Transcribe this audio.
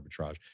arbitrage